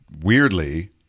Weirdly